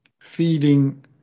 feeding